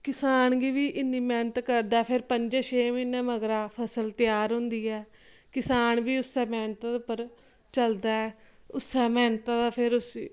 किसान गी बी इन्नी मेहनत करदा फिर पंजें छें म्हीनें मगरा फसल तैयार हुंदी ऐ किसान बी उस्सै मेहनत उप्पर चलदा ऐ उस्सै मेहनता दा फिर उसी